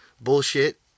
bullshit